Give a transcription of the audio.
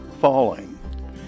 Falling